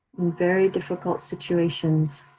very difficult situations.